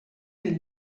del